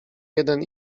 jeden